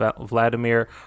Vladimir